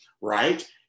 right